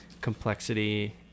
complexity